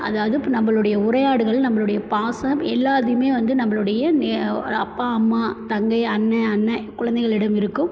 அதாவது இப்போ நம்மளுடைய உரையாடுகள் நம்மளுடைய பாசம் எல்லாத்தையுமே வந்து நம்மளுடைய அப்பா அம்மா தங்கை அண்ணன் அண்ணன் குழந்தைகளிடம் இருக்கும்